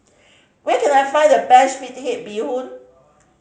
where can I find the best fish head bee hoon